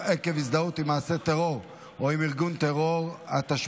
עקב הזדהות עם מעשה טרור או עם ארגון טרור (תיקוני חקיקה),